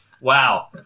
Wow